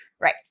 Right